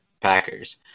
Packers